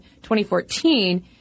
2014